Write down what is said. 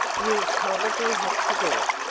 you'll probably have to do it.